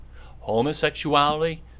Homosexuality